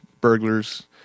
burglars